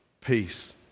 peace